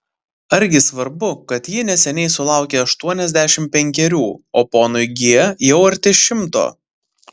argi svarbu kad ji neseniai sulaukė aštuoniasdešimt penkerių o ponui g jau arti šimto